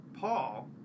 Paul